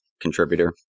contributor